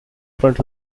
front